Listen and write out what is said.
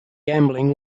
gambling